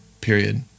period